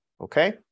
okay